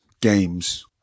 games